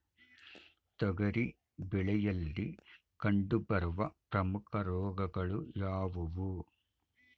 ತೊಗರಿ ಬೆಳೆಯಲ್ಲಿ ಕಂಡುಬರುವ ಪ್ರಮುಖ ರೋಗಗಳು ಯಾವುವು?